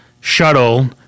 shuttle